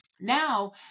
Now